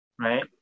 right